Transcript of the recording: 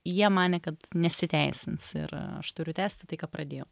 jie manė kad nesiteisins ir aš turiu tęsti tai ką pradėjau